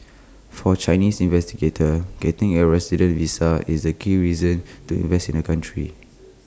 for Chinese investigator getting A resident visa is the key reason to invest in the country